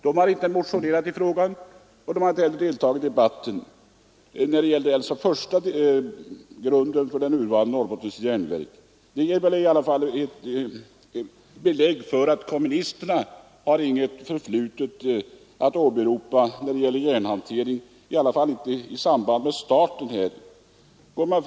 De hade inte motionerat i frågan och inte heller deltagit i debatten om tillkomsten av det nuvarande Norrbottens järnverk. Det ger väl ett belägg för att kommunisterna inte har något förflutet att åberopa när det gäller återupptagande av järnhantering i Norrbotten.